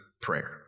prayer